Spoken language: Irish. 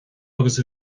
agus